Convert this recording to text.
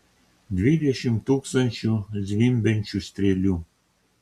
dvidešimt tūkstančių zvimbiančių strėlių